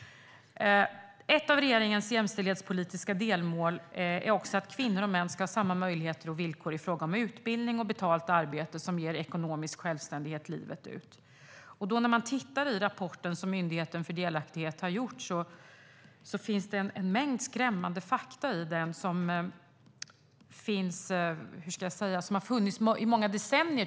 Ett av regeringens jämställdhetspolitiska delmål är att kvinnor och män ska ha samma möjligheter och villkor i fråga om utbildning och betalt arbete som ger ekonomisk självständighet livet ut. I rapporten som Myndigheten för delaktighet har gjort finns det en mängd skrämmande fakta för något som har funnits i många decennier.